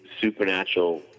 supernatural